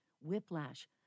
whiplash